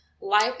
Life